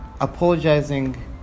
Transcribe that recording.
apologizing